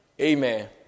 Amen